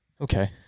Okay